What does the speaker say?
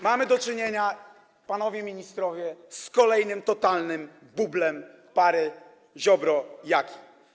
Mamy do czynienia, panowie ministrowie, z kolejnym totalnym bublem pary: Ziobro, Jaki.